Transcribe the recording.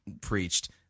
preached